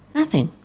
nothing.